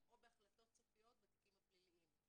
או בהחלטות סופיות בתיקים הפליליים.